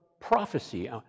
prophecy